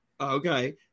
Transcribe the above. Okay